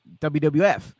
WWF